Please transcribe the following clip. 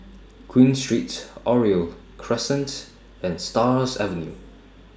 Queen Street Oriole Crescent and Stars Avenue